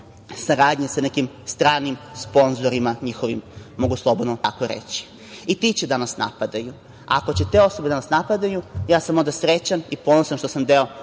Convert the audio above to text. saradnje sa nekim njihovim stranim sponzorima, mogu slobodno tako reći. I ti će da nas napadaju. Ako će te osobe da nas napadaju, ja sam onda srećan i ponosan što sam deo